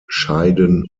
scheiden